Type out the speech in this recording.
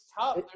tough